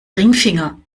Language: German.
ringfinger